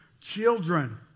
Children